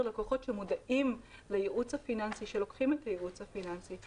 לקוחות שמודעים לייעוץ הפיננסי וייקחו את הייעוץ הפיננסי.